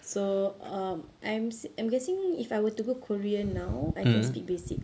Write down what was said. so um I'm I'm guessing if I were to go korea now I can speak basic